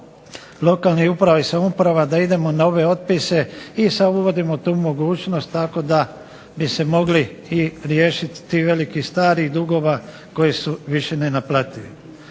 lokalnih uprava i samouprava da idemo na ove otpise i sada uvodimo tu mogućnost, tako da bi se mogli riješiti tih velikih starih dugova koji su više nenaplativi.